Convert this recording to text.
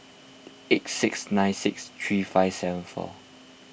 eight six nine six three five seven four